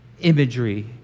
imagery